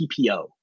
PPO